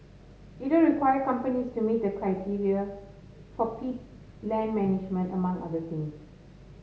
it will require companies to meet the criteria for peat land management among other things